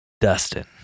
Dustin